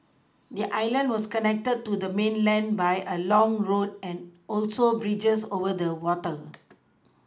the island was connected to the mainland by a long road and also bridges over the water